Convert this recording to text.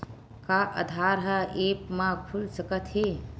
का आधार ह ऐप म खुल सकत हे?